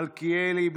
מיכאל מלכיאלי,